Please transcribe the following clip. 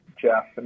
Jeff